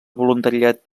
voluntariat